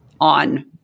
on